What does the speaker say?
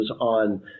on